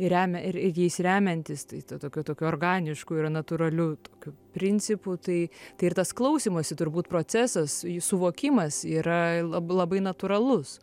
remia ir jais remiantis tai to tokiu organišku ir natūraliu tokiu principu tai tai ir tas klausymosi turbūt procesas suvokimas yra labai labai natūralus